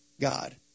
God